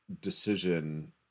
decision